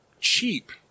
Cheap